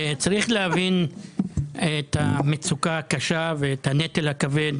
צריך להבין את המצוקה הקשה ואת הנטל הכבד